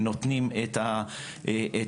שנותנים את המענה.